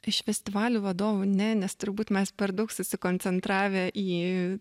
iš festivalių vadovų ne nes turbūt mes per daug susikoncentravę į